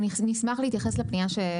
נשמח להתייחס לפנייה.